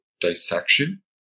dissection